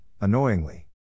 annoyingly